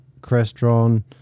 Crestron